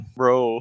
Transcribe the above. bro